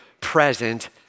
present